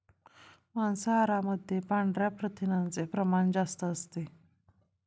मांसाहारामध्ये पांढऱ्या प्रथिनांचे प्रमाण जास्त असते